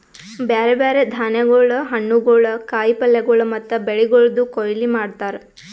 ಬ್ಯಾರೆ ಬ್ಯಾರೆ ಧಾನ್ಯಗೊಳ್, ಹಣ್ಣುಗೊಳ್, ಕಾಯಿ ಪಲ್ಯಗೊಳ್ ಮತ್ತ ಬೆಳಿಗೊಳ್ದು ಕೊಯ್ಲಿ ಮಾಡ್ತಾರ್